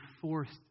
forced